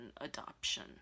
adoption